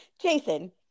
Jason